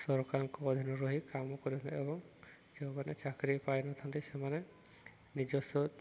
ସରକାରଙ୍କ ଅଧିନରେ ରହି କାମ କରିଥାନ୍ତି ଏବଂ ଯେଉଁମାନେ ଚାକିରି ପାଇନଥାନ୍ତି ସେମାନେ ନିଜସ୍ୱ